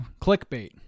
clickbait